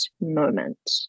moment